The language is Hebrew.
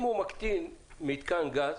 אם הוא מקטין מתקן גז